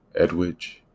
Edwidge